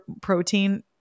protein